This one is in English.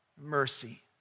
mercy